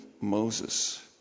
Moses